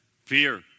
Fear